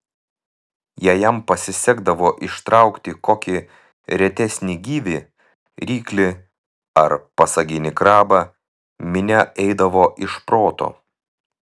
jei jam pasisekdavo ištraukti kokį retesnį gyvį ryklį ar pasaginį krabą minia eidavo iš proto